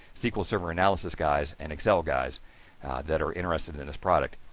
sql server analysis guys and excel guys that are interested in this product.